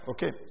Okay